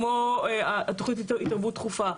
כמו תוכנית התערבות דחופה,